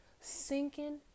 sinking